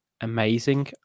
amazing